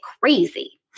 crazy